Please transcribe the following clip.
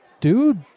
Dude